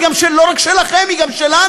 היא לא רק שלכם, היא גם שלנו.